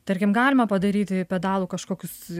tarkim galima padaryti pedalų kažkokius